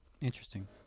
Interesting